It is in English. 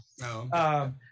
No